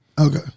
Okay